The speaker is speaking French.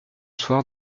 soir